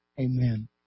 Amen